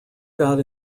got